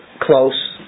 Close